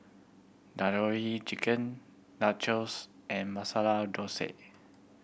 Tandoori Chicken Nachos and Masala Dosai